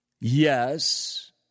Yes